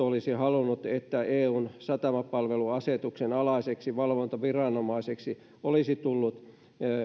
olisi halunnut että eun satamapalveluasetuksen alaiseksi valvontaviranomaiseksi olisi tullut